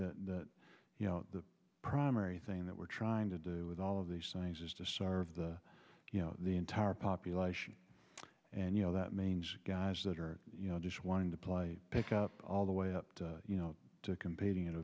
agree that you know the primary thing that we're trying to do with all of these things is to serve the you know the entire population and you know that mange guys that are you know just wanting to play pickup all the way up to you know competing